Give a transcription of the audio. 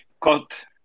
cut